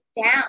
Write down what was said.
down